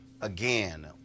again